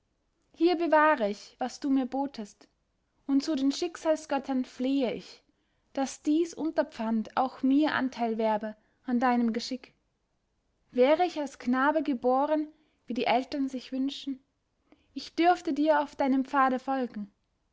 hier bewahre ich was du mir botest und zu den schicksalsgöttern flehe ich daß dies unterpfand auch mir anteil werbe an deinem geschick wäre ich als knabe geboren wie die eltern sich wünschen ich dürfte dir auf deinem pfade folgen